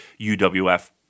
UWF